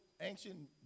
ancient